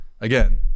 Again